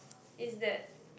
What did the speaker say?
is that